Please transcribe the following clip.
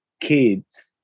kids